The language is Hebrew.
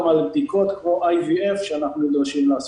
בדיקות כמו IVF שאנחנו נדרשים לעשות.